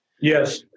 Yes